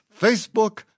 Facebook